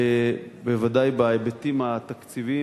בוודאי בהיבטים התקציביים.